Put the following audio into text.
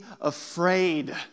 afraid